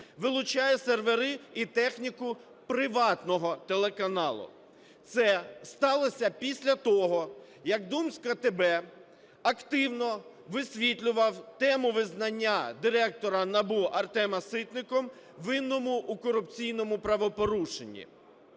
вилучає сервери і техніку приватного телеканалу. Це сталося після того, як "Думская ТБ" активно висвітлював тему визнання директора НАБУ Артема Ситника, винного у корупційному правопорушенні.